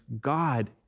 God